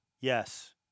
yes